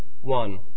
one